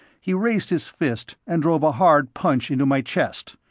he raised his fist and drove a hard punch into my chest.